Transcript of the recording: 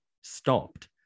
stopped